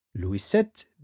Louisette